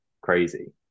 crazy